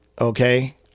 okay